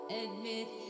admit